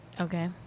Okay